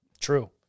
True